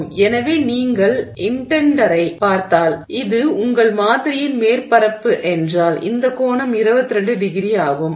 எனவே நீங்கள் இன்டெண்டரைப் பார்த்தால் இது உங்கள் மாதிரியின் மேற்பரப்பு என்றால் இந்த கோணம் 22º ஆகும்